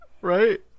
right